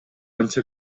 анча